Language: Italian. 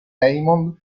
raymond